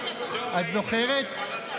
את זוכרת?